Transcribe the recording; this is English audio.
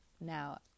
Now